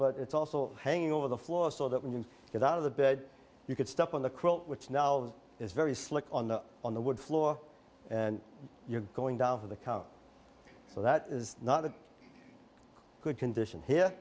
but it's also hanging over the floor so that when you get out of the bed you could step on the quilt which now is very slick on the on the wood floor and you're going down for the count so that is not a good condition here